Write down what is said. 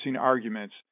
arguments